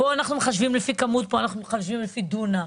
פה אנחנו מחשבים לפי כמות, ופה לפי דונם,